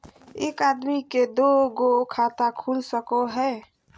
एक आदमी के दू गो खाता खुल सको है?